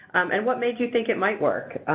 and what made you think it might work,